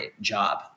job